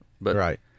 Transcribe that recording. Right